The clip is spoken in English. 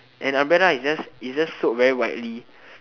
an umbrella is just is just sold very widely